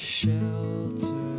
shelter